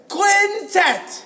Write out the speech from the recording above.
Quintet